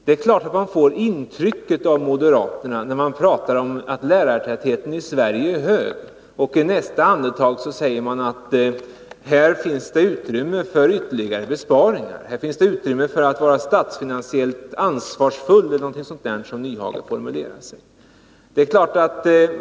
Det är klart att man får intrycket när man hör moderaterna att lärartätheten i Sverige är för hög. I nästa andetag sägs att det här finns utrymme för ytterligare besparingar. Här finns det utrymme för att vara statsfinansiellt ansvarsfull eller någonting sådant, som Hans Nyhage formulerade det.